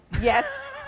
yes